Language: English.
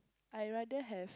I rather have